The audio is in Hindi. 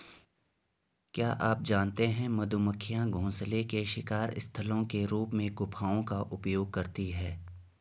क्या आप जानते है मधुमक्खियां घोंसले के शिकार स्थलों के रूप में गुफाओं का उपयोग करती है?